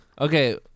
Okay